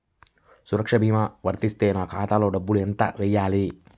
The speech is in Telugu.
సురక్ష భీమా వర్తిస్తే నా ఖాతాలో డబ్బులు ఎంత వేయాలి?